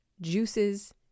juices